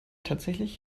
tatsächlich